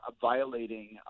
violating